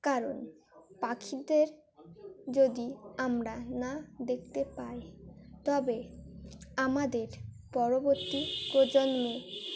কারণ পাখিদের যদি আমরা না দেখতে পাই তবে আমাদের পরবর্তী প্রজন্ম